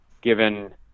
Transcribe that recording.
given